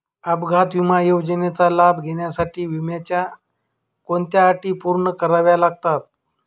अपघात विमा योजनेचा लाभ घेण्यासाठी विम्याच्या कोणत्या अटी पूर्ण कराव्या लागतात?